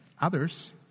others